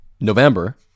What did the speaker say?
November